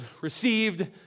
received